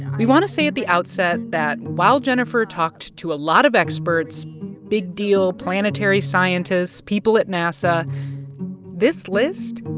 we want to say at the outset that while jennifer talked to a lot of experts big-deal planetary scientists, people at nasa this list.